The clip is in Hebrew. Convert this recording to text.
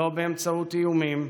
לא באמצעות איומים,